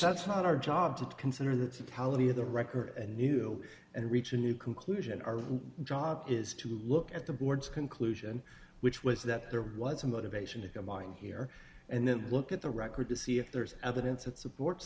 that's not our job to consider that's a tally of the record and new and reach a new conclusion our job is to look at the board's conclusion which was that there was a motivation to mine here and then look at the record to see if there's evidence that supports